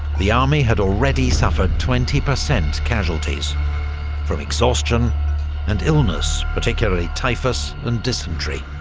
the army had already suffered twenty percent casualties from exhaustion and illness, particularly typhus and dysentery.